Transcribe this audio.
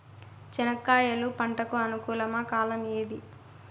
చెనక్కాయలు పంట కు అనుకూలమా కాలం ఏది?